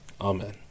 Amen